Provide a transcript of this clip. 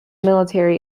military